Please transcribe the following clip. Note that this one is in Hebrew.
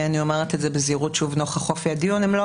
אני אומרת את זה בזהירות נוכח אופי